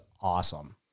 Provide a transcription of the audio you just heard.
awesome